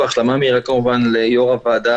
והחלמה מהירה כמובן ליושב-ראש הוועדה,